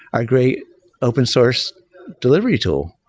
our great open source delivery tool.